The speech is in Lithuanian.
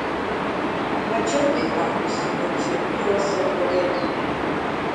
mačiau kaip vakar su vaciu filosofavai